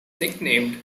nicknamed